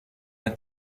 the